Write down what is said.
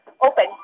Open